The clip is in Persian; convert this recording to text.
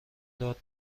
داد